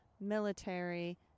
military